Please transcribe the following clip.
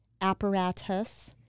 apparatus